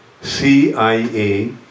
cia